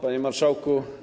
Panie Marszałku!